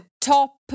top